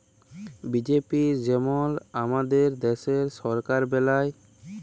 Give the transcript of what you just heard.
BJP যেমল আমাদের দ্যাশের সরকার বেলায়